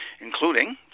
including